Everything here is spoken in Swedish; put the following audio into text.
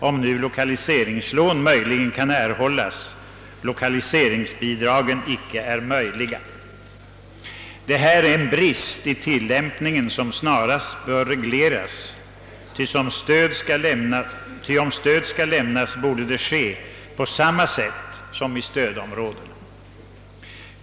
Om lokaliseringslån möjligen kan erhållas, så har det i varje fall inte varit möjligt att få lokaliseringsbidrag. Detta är en brist i tillämpningen av bestämmelserna som snarast bör avhjälpas; om stöd skall lämnas till orter utanför stödområdena, bör det ske på samma sätt som till orter inom stödområdena.